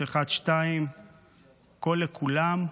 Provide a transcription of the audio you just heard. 6312*, "קול לכולם".